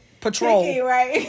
patrol